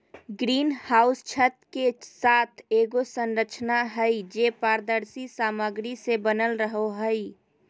green house छत के साथ एगो संरचना हइ, जे पारदर्शी सामग्री से बनल रहो हइ